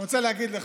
אני רוצה להגיד לך: